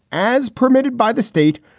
as permitted by the state,